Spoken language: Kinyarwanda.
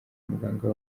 muganga